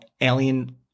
alien